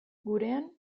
gurean